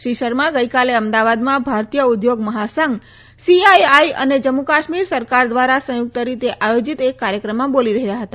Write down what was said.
શ્રી શર્મા ગઇકાલે અમદાવાદમાં ભારતીય ઉદ્યોગ મહાસંઘ સીઆઈઆઈ અને જમ્મુ કાશ્મીર સરકાર દ્વારા સંયુક્ત રીતે આયોજીત એક કાર્યક્રમમાં બોલી રહ્યા હતા